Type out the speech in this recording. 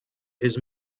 his